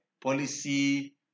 policy